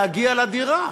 להגיע לדירה.